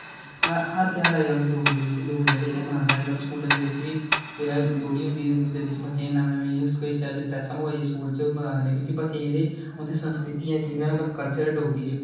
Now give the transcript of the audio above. हर घ्यारे च गल्ल डोगरी च मनांदे न अजकल स्कूले दे बिच बी जिसले लोहडी होंदी उसदे बिच बच्चें गी नमें नमें इस टाइम दी ड्रेसा जेहडियां स्कूल च ओह् मगवांदे न क्योकि बच्चे गी जेहडी उंदी सस्कृति ऐ जेहडा उंदा कल्चर ऐ डोगरी च